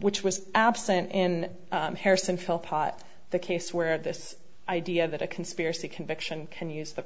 which was absent in harrison felt hot the case where this idea that a conspiracy conviction can use the